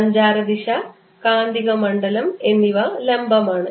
സഞ്ചാര ദിശ കാന്തിക മണ്ഡലം എന്നിവ ലംബമാണ്